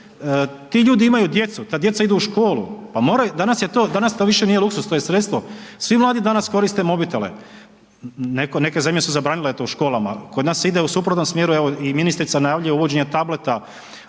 ti ljudi imaju djecu, ta djeca idu u školu, pa moraju, danas to više nije luksuz, to je sredstvo. Svi mladi danas koriste mobitele. Neke zemlje su zabranile to u školama, kod nas se ide u suprotnom smjeru, evo i ministrica najavljuje uvođenje tableta,